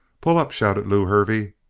pull up! shouted lew hervey,